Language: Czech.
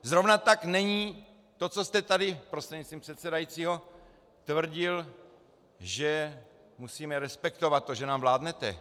Zrovna tak není to, co jste tady prostřednictvím předsedajícího tvrdil, že musíme respektovat to, že nám vládnete.